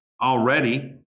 already